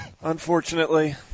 Unfortunately